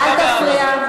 אל תפריע.